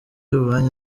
y’ububanyi